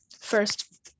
first